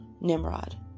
Nimrod